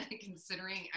considering